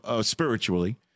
spiritually